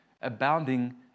abounding